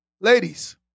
Ladies